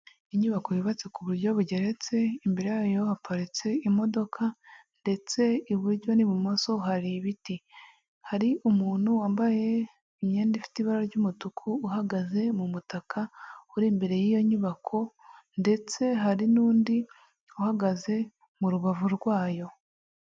Inyubako yubatse ku buryo bugeretse imbere yayo haparitse imodoka, ndetse iburyo n'ibumoso hari ibiti, hari umuntu wambaye imyenda ifite ibara ry'umutuku uhagaze mu mutaka uri imbere y'iyo nyubako, ndetse hari n'undi uhagaze mu rubavu rwayo.